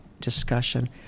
discussion